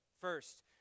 First